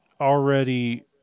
already